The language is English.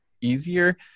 easier